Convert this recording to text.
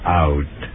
out